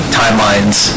timelines